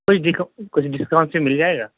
کچھ ڈکاؤنٹ کچھ ڈسکاؤنٹ اس پہ مل جائے گا